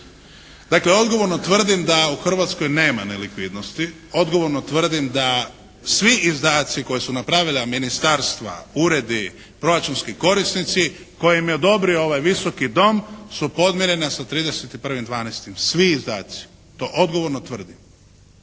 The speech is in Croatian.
Dakle odgovorno tvrdim da u Hrvatskoj nema nelikvidnosti. Odgovorno tvrdim da svi izdaci koja su napravila ministarstva, uredi, proračunski korisnici koja im je odobrio ovaj Visoki dom su podmirena sa 31.12. Svi izdaci. To odgovorno tvrdim.